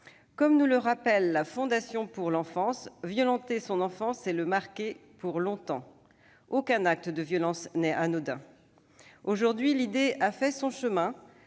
Comme nous le rappelle la Fondation pour l'enfance, « violenter son enfant, c'est le marquer pour longtemps ». Aucun acte de violence n'est anodin. Aujourd'hui, l'idée a fait son chemin.